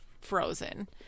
Frozen